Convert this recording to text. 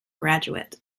graduate